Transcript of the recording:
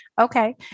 Okay